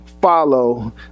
follow